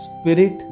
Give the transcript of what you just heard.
spirit